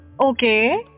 Okay